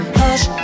hush